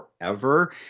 forever